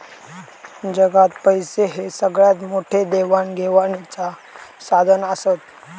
जगात पैशे हे सगळ्यात मोठे देवाण घेवाणीचा साधन आसत